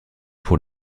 pour